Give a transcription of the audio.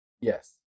yes